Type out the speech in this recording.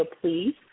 please